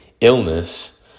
illness